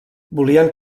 volien